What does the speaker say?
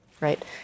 right